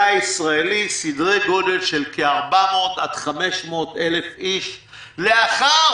הישראלי סדרי גודל של כ-400,000 עד 500,000 איש לאחר